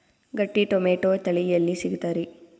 ಗಟ್ಟಿ ಟೊಮೇಟೊ ತಳಿ ಎಲ್ಲಿ ಸಿಗ್ತರಿ?